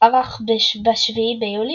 ערך ב-7 ביולי,